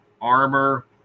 armor